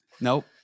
Nope